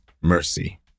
mercy